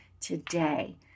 today